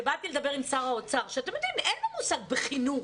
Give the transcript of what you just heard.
שאין לו מושג בחינוך,